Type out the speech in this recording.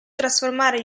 trasformare